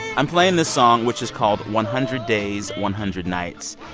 i'm playing this song, which is called one hundred days, one hundred nights,